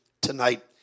tonight